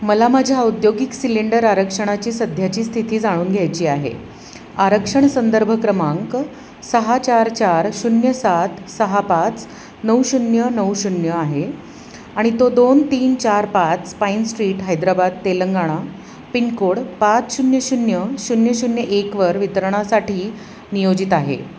मला माझ्या औद्योगिक सिलेंडर आरक्षणाची सध्याची स्थिती जाणून घ्यायची आहे आरक्षण संदर्भ क्रमांक सहा चार चार शून्य सात सहा पाच नऊ शून्य नऊ शून्य आहे आणि तो दोन तीन चार पाच Pine street Hyderabad Telangana pin code पाच शून्य शून्य शून्य शून्य एकवर वितरणासाठी नियोजित आहे